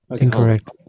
Incorrect